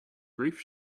grief